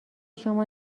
شما